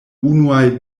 unuaj